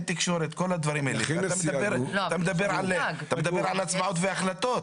אתה מדבר על הצבעות ועל החלטות.